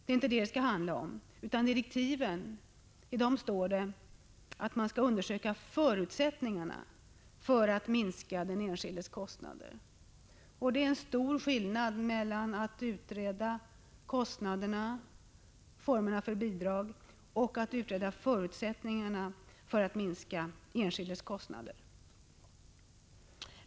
I direktiven står i stället att utredningen skall undersöka förutsättningarna för att minska den enskildes kostnader i samband med internationella adoptioner — det är en stor skillnad mellan att utreda formerna för bidrag och att utreda förutsättningarna för att minska enskildas kostnader.